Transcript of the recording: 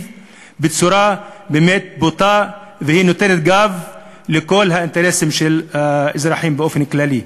בצורה בוטה ומפנה גב לכל האינטרסים של האזרחים באופן כללי.